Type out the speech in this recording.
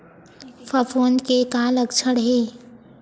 फफूंद के का लक्षण हे?